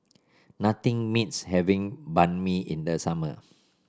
nothing beats having Banh Mi in the summer